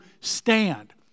stand